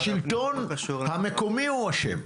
השלטון המקומי אשם.